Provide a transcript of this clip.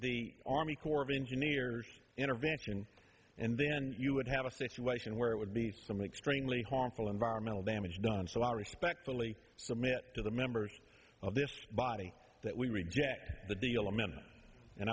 the army corps of engineers intervention and then you would have a situation where it would be some extremely harmful environmental damage done so i respectfully submit to the members of this body that we reject the deal amen